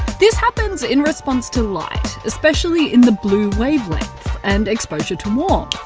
this happens in response to light, especially in the blue wavelengths, and exposure to warmth,